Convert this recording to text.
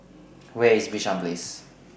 Where IS Bishan Place